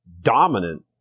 dominant